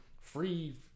free